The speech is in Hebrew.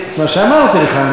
מה שאמרתי לך,